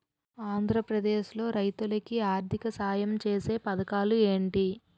ఆంధ్రప్రదేశ్ లో రైతులు కి ఆర్థిక సాయం ఛేసే పథకాలు ఏంటి?